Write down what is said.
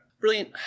Brilliant